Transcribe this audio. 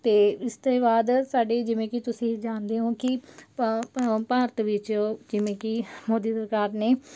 ਅਤੇ ਇਸ ਤੋਂ ਬਾਅਦ ਸਾਡੀ ਜਿਵੇਂ ਕਿ ਤੁਸੀਂ ਜਾਣਦੇ ਹੋ ਕਿ ਭ ਭ ਭਾਰਤ ਵਿੱਚ ਜਿਵੇਂ ਕਿ ਮੋਦੀ ਸਰਕਾਰ ਨੇ